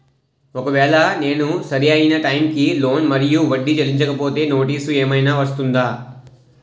ఒకవేళ నేను సరి అయినా టైం కి లోన్ మరియు వడ్డీ చెల్లించకపోతే నోటీసు ఏమైనా వస్తుందా?